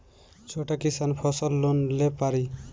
छोटा किसान फसल लोन ले पारी?